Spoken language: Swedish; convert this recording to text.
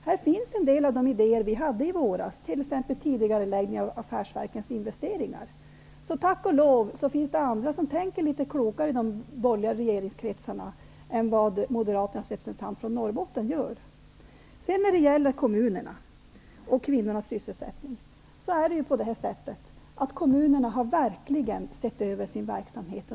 Här finns en del av de idéer vi lade fram i våras, t.ex. Tack och lov finns det alltså andra i de borgerliga regeringeskretsarna som tänker litet klokare än vad moderaternas representant från Norrbotten gör. När det gäller kommunerna och kvinnornas sysselsättning vill jag säga att kommunerna under årens lopp verkligen har sett över sin verksamhet.